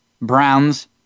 Browns